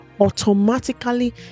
automatically